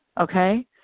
Okay